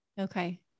Okay